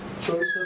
choice